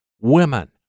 women